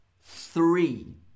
three